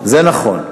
זה נכון.